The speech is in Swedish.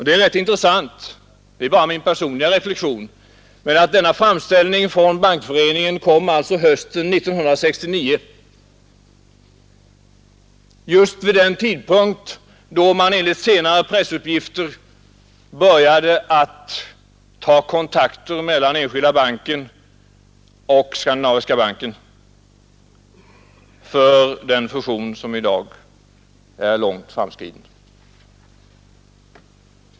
Det är rätt intressant — det är min personliga reflexion — att denna framställning från Bankföreningen kom på hösten 1969 just vid den tidpunkt, då man enligt senare pressuppgifter börjat att ta kontakter mellan Enskilda banken och Skandinaviska banken för den fusion som i dag är långt framskriden.